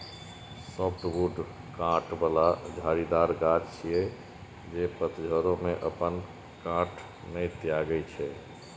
softwood कांट बला झाड़ीदार गाछ छियै, जे पतझड़ो मे अपन कांट नै त्यागै छै